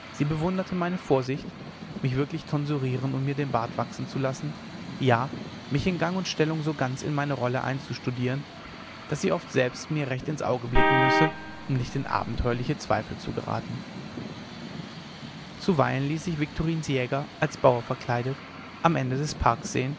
sie bewunderte meine vorsicht mich wirklich tonsurieren und mir den bart wachsen zu lassen ja mich in gang und stellung so ganz in meine rolle einzustudieren daß sie oft selbst mir recht ins auge blicken müsse um nicht in abenteuerliche zweifel zu geraten zuweilen ließ sich viktorins jäger als bauer verkleidet am ende des parks sehen